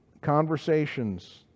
Conversations